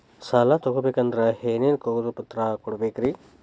ಸಾಲ ತೊಗೋಬೇಕಂದ್ರ ಏನೇನ್ ಕಾಗದಪತ್ರ ಕೊಡಬೇಕ್ರಿ?